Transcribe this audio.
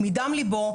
מדם ליבו.